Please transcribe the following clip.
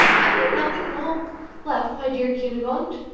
have you nothing at all left, my dear cunegonde?